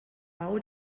bau